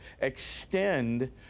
extend